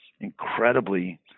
incredibly